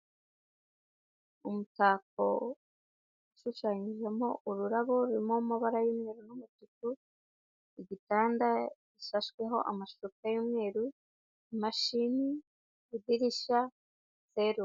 Umutako ushushanyijemo ururabo rurimo amabara y'umweru n'umutuku, igitanda gishashweho amashuka y'umweru, imashini, idirishya, serumu.